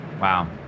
Wow